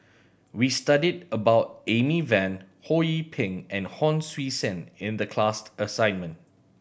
we studied about Amy Van Ho Yee Ping and Hon Sui Sen in the class assignment